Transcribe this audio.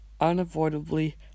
unavoidably